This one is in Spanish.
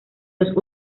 dos